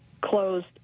closed